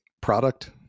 product